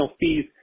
fees